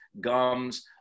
gums